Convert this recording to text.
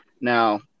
Now